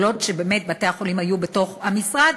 כל עוד בתי-החולים היו בתוך המשרד,